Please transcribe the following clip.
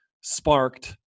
sparked